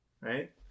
Right